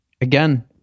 again